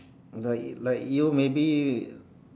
like like you maybe